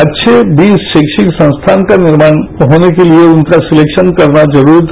अच्छे वीज रैक्षिक संस्थान का निर्माण होने के लिए उनका सलेक्शन करना जरूरी था